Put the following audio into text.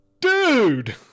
Dude